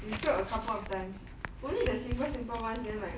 we failed a couple of times only the simple simple ones then like